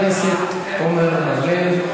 תלכי.